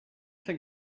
think